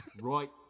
Right